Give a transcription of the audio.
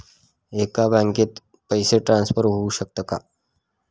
एकाच बँकेत पैसे ट्रान्सफर होऊ शकतात का?